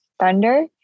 thunder